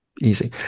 easy